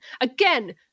Again